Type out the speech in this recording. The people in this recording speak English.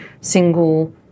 single